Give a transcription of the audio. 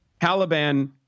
Taliban